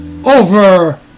over